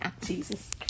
Jesus